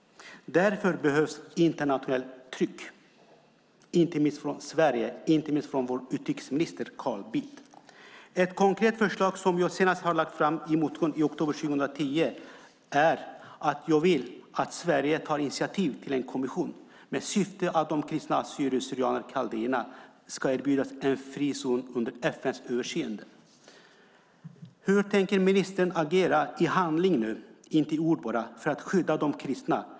Därför behövs internationellt tryck, inte minst från Sverige, inte minst från vår utrikesminister Carl Bildt. Ett konkret förslag som jag senast har lagt fram i en motion i oktober 2010 är att jag vill att Sverige tar initiativ till en kommission med syfte att de kristna assyrierna kaldéerna ska erbjudas en frizon under FN:s överinseende. Hur tänker ministern agera i handling nu, inte i ord, för att skydda de kristna?